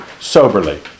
soberly